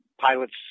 pilot's